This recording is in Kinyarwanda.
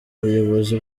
buyobozi